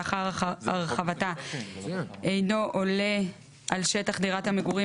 לאחר הרחבתה אינה עולה על שטח דירת המגורים